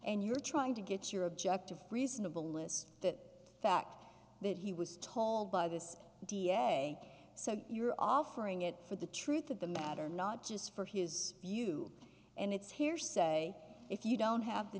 and you're trying to get your objective reasonable list the fact that he was told by this da so you're offering it for the truth of the matter not just for his view and it's hearsay if you don't have the